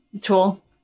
Tool